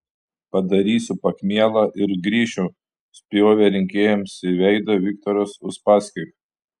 padarysiu pachmielą ir grįšiu spjovė rinkėjams į veidą viktoras uspaskich